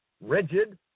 rigid